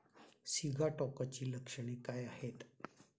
सिगाटोकाची लक्षणे काय आहेत?